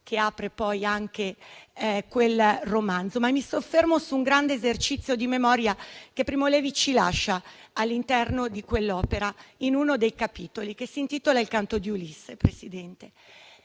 che apre quel romanzo, ma mi soffermo su un grande esercizio di memoria che Primo Levi ci lascia, all'interno di quell'opera, in uno dei capitoli, che si intitola "Il canto di Ulisse". Signor Presidente,